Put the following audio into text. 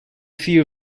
few